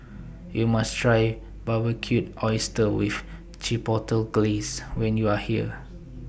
YOU must Try Barbecued Oysters with Chipotle Glaze when YOU Are here